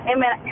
Amen